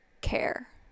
care